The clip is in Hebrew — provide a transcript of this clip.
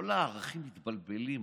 כל הערכים מתבלבלים,